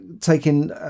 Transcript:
taking